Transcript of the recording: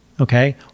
Okay